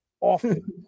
often